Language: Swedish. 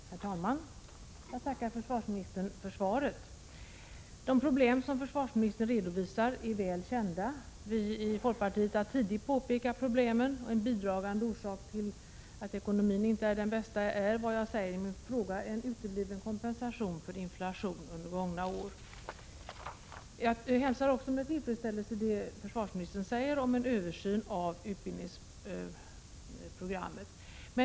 Herr talman! Jag tackar försvarsministern för svaret. De problem som försvarsministern redovisar är väl kända. Vi i folkpartiet har tidigt påtalat problemen, och en bidragande orsak till att ekonomin inte är den bästa är, som jag säger i min fråga, en utebliven kompensation för inflation under gångna år. Jag hälsar med tillfredsställelse det försvarsministern säger om en översyn av utbildningsprogrammet.